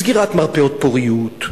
סגירת מרפאות פוריות,